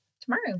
tomorrow